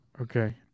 Okay